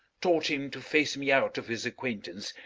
taught him to face me out of his acquaintance,